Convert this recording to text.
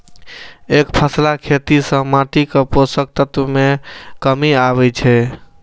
एकफसला खेती सं माटिक पोषक तत्व मे कमी आबै छै